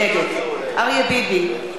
נגד אריה ביבי,